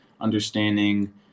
understanding